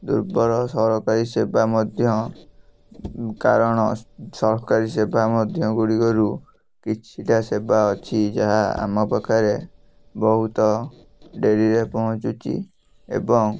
ଦୁର୍ବଳ ସରକାରୀ ସେବା ମଧ୍ୟ କାରଣ ସରକାରୀ ସେବା ମଧ୍ୟଗୁଡ଼ିକରୁ କିଛିଟା ସେବା ଅଛି ଯାହା ଆମ ପାଖରେ ବହୁତ ଡେରିରେ ପହଞ୍ଚୁଛି ଏବଂ